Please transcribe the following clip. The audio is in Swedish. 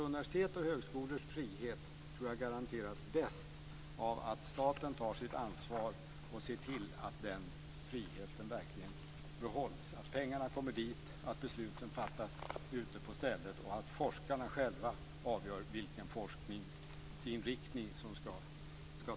Universitets och högskolors frihet tror jag alltså garanteras bäst av att staten tar sitt ansvar och ser till att friheten verkligen behålls, att pengarna kommer dit, att besluten fattas ute på stället och att forskarna själva avgör vilken forskningsinriktning som ska tas.